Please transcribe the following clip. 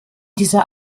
dieser